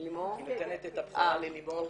כאן לימור.